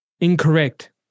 incorrect